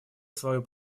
свою